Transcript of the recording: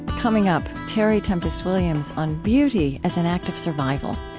coming up, terry tempest williams on beauty as an act of survival,